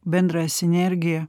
bendrą sinergiją